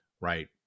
right